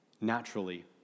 naturally